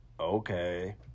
okay